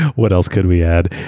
what else could we add?